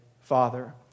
Father